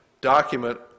document